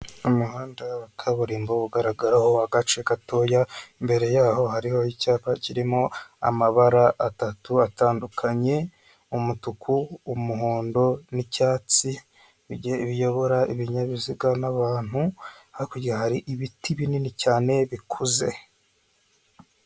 Umuhanda wa kaburimbo ugaragaraho agace gatoya imbere yaho hariho, icyapa kirimo amabara atatu atandukanye, umutuku umuhondo n'icyatsi, biyobora ibinyabiziga n'abantu hakurya hari ibiti binini cyane bikuze.